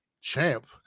champ